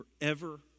forever